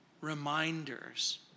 reminders